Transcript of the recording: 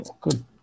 Good